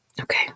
okay